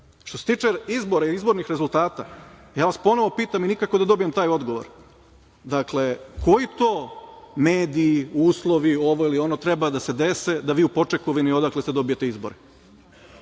itd. Što se tiče izbora ili izbornih rezultata, ponovo vas pitam i nikako da dobijem taj odgovor, dakle – koji to mediji, uslovi, ovo ili ono, treba da se dese da vi u Počekovini, odakle ste, dobijete izbore?